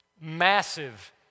massive